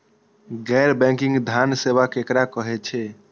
गैर बैंकिंग धान सेवा केकरा कहे छे?